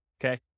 okay